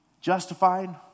justified